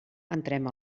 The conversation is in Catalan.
entrem